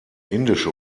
indische